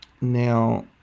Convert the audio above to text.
Now